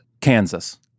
Kansas